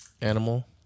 animal